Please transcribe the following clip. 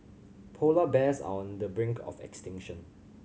polar bears are on the brink of extinction